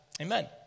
Amen